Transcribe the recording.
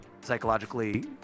psychologically